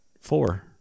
four